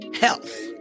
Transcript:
health